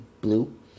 blue